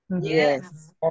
Yes